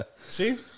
see